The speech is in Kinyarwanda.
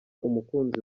umukunzi